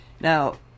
Now